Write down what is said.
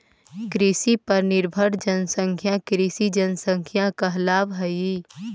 कृषि पर निर्भर जनसंख्या कृषि जनसंख्या कहलावऽ हई